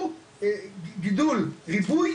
ריבוי,